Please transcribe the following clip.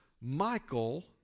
Michael